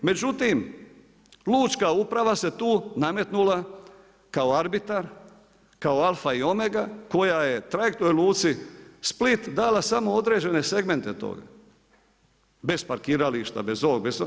Međutim, Lučka uprava se tu nametnula kao arbitar, kao alfa i omega koja je trajektnoj luci Split dala samo određene segmente toga bez parkirališta, bez ovog, bez onog.